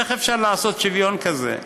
איך אפשר לעשות שוויון כזה?